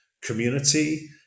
community